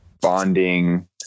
bonding